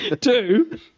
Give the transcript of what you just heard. Two